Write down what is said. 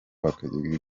bakigana